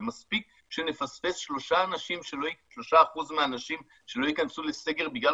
ומספיק שנפספס 3% מהאנשים שלא ייכנסו לסגר בגלל